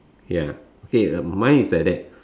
ya okay uh mine is like that